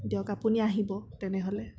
দিয়ক আপুনি আহিব তেনেহ'লে